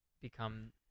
become